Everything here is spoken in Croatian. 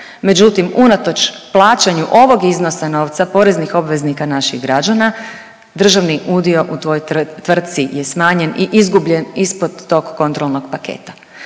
Međutim, unatoč plaćanju ovog iznosa novca poreznih obveznika naših građana državni udio u toj tvrtci je smanjen i izgubljen ispod tog kontrolnog paketa.